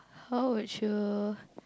how would you